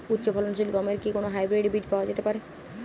উচ্চ ফলনশীল গমের কি কোন হাইব্রীড বীজ পাওয়া যেতে পারে?